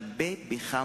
מיוחד.